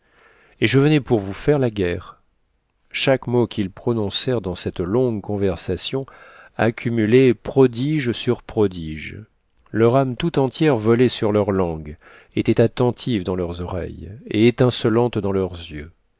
et je venais pour vous faire la guerre chaque mot qu'ils prononcèrent dans cette longue conversation accumulait prodige sur prodige leur âme tout entière volait sur leur langue était attentive dans leurs oreilles et étincelante dans leurs yeux